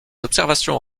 observations